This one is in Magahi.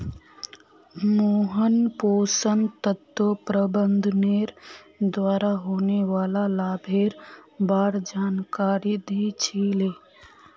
मोहन पोषण तत्व प्रबंधनेर द्वारा होने वाला लाभेर बार जानकारी दी छि ले